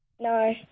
No